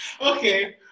Okay